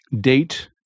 date